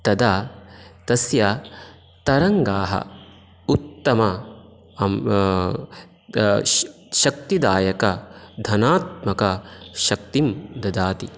तदा तस्य तरङ्गाः उत्तम हं श शक्तिदायकधनात्मकशक्तिं ददाति